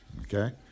okay